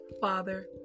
Father